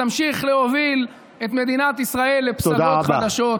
שתמשיך להוביל את מדינת ישראל לפסגות חדשות.